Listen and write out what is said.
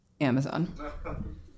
Amazon